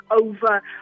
over